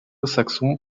saxon